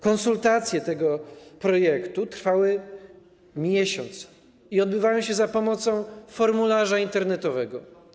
Konsultacje tego projektu trwały miesiąc i odbywały się za pomocą formularza internetowego.